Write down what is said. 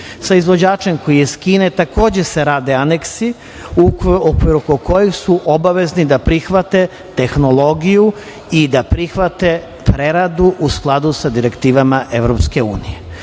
EU.Sa izvođačem, koji je iz Kine, takođe se rade aneksi oko kojih su obavezni da prihvate tehnologiju i da prihvate preradu u skladu sa direktivama EU i